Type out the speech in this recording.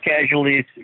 casualties